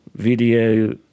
Video